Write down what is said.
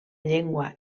llengua